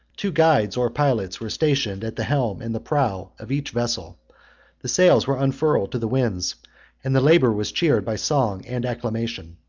two guides or pilots were stationed at the helm, and the prow, of each vessel the sails were unfurled to the winds and the labor was cheered by song and acclamation.